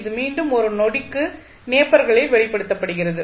இது மீண்டும் ஒரு நொடிக்கு நேப்பர்களில் வெளிப்படுத்தப்படுகிறது